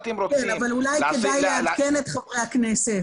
אבל אולי כדאי לעדכן את חברי הכנסת.